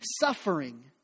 suffering